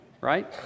Right